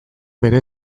bere